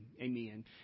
Amen